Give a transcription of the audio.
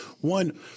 one